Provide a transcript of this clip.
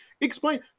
Explain